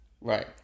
Right